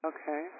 Okay